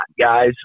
guys